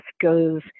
goes